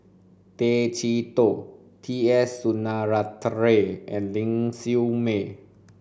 Tay Chee Toh T S Sinnathuray and Ling Siew May